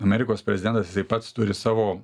amerikos prezidentaz jisai pats turi savo